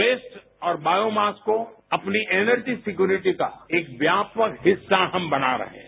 waste और biomass को अपनी एनर्जी सिक्योरिटी का एक व्यापक हिस्सा हम बना रहे हैं